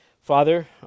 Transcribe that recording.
Father